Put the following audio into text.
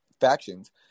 factions